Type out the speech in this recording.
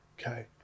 okay